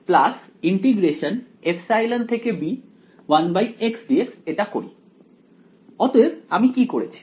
অতএব আমি কি করেছি